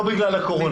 לא בגלל הקורונה.